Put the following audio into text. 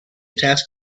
task